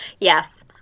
Yes